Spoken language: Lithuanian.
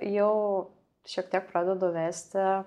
jau šiek tiek pradedu vesti